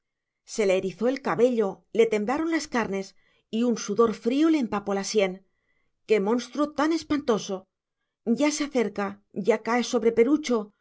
se le erizó el cabello le temblaron las carnes y un sudor frío le empapó la sien qué monstruo tan espantoso ya se acerca ya cae sobre perucho